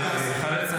יוראי.